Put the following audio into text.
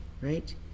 right